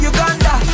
Uganda